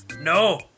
No